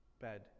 bed